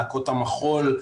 להקות המחול,